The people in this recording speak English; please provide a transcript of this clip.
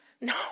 No